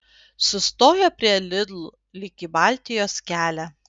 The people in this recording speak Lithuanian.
sustojo prie lidl lyg į baltijos kelią